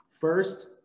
First